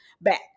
back